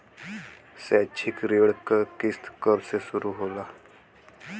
शैक्षिक ऋण क किस्त कब से शुरू होला?